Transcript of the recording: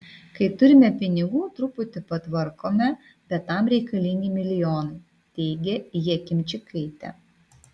kai turime pinigų truputį patvarkome bet tam reikalingi milijonai teigia jakimčikaitė